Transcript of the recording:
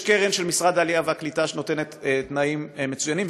יש קרן של משרד העלייה והקליטה שנותנת תנאים מצוינים,